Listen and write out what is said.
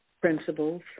principles